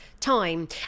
time